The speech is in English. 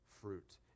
fruit